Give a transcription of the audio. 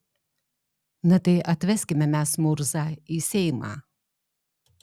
na tai atveskime mes murzą į seimą